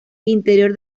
interior